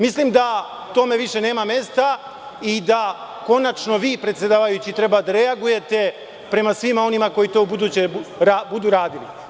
Mislim da tome više nema mesta i da konačno vi predsedavajući treba da reagujete prema svima onima koji to ubuduće budu radili.